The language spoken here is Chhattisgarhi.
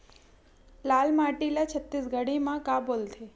लाल माटी ला छत्तीसगढ़ी मा का बोलथे?